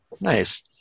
Nice